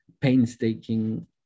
painstaking